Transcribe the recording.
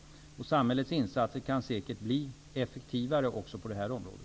Samhällets insatser kan säkert bli effektivare också på det området.